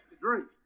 drink